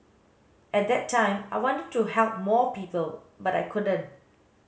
at that time I wanted to help more people but I couldn't